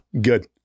Good